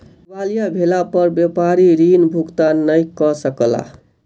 दिवालिया भेला पर व्यापारी ऋण भुगतान नै कय सकला